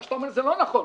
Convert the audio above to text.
מה שאתה אומר זה לא נכון,